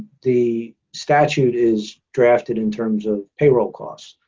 the statute is drafted in terms of payroll costs.